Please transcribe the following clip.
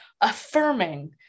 affirming